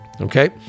Okay